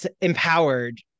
empowered